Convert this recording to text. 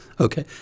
okay